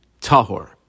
tahor